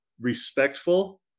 respectful